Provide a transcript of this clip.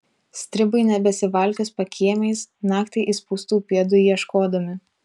stribai nebesivalkios pakiemiais naktį įspaustų pėdų ieškodami